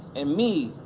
and me,